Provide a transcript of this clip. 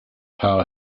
power